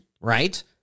right